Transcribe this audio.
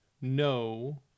no